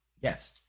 yes